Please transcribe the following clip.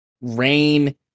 rain